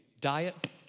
diet